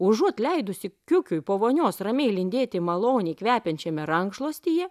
užuot leidusi kiukiui po vonios ramiai lindėti maloniai kvepiančiame rankšluostyje